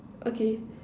okay